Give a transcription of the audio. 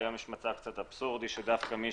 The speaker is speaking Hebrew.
היום יש מצב אבסורדי שדווקא מי